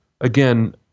again